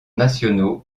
nationaux